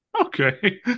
Okay